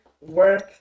work